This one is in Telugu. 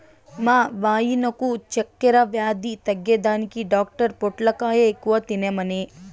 మా వాయినకు చక్కెర వ్యాధి తగ్గేదానికి డాక్టర్ పొట్లకాయ ఎక్కువ తినమనె